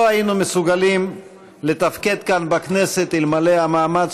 לא היינו מסוגלים לתפקד כאן בכנסת אלמלא המאמץ